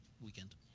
weekend